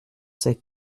ses